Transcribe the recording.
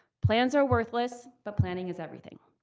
plans are worthless, but planning is everything.